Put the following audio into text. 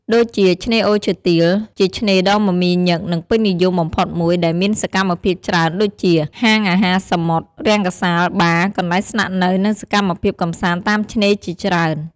ដូចជា ឆ្នេរអូរឈើទាល ជាឆ្នេរដ៏មមាញឹក និងពេញនិយមបំផុតមួយ ដែលមានសកម្មភាពច្រើនដូចជា ហាងអាហារសមុទ្រ រង្គសាល បារ កន្លែងស្នាក់នៅ និងសកម្មភាពកម្សាន្តតាមឆ្នេរជាច្រើន។